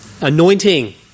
anointing